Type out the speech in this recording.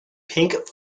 pink